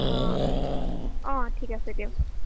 অঁ অঁ ঠিক আছে দিয়ক